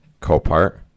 Copart